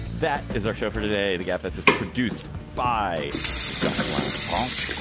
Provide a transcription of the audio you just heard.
that is our show for today. the efforts is produced by just funk.